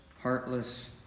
heartless